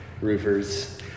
roofers